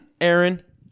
Aaron